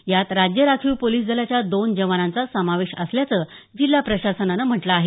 यात राज्य राखीव पोलीस दलाच्या दोन जवानांचा समावेश असल्याचं जिल्हा प्रशासनानं म्हटलं आहे